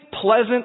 pleasant